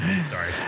Sorry